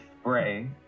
spray